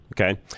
Okay